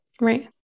Right